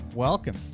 Welcome